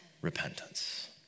repentance